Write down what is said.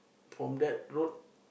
from that road